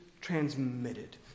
transmitted